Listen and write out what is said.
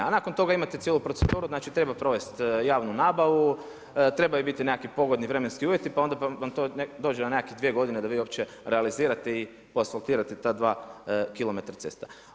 A nakon toga imate cijelu proceduru, treba provesti javnu nabavu, trebaju biti nekakvi pogodni vremenski uvjeti pa vam to dođe na nekakve dvije godine da vi uopće realizirate i poasfaltirate ta dva kilometra ceste.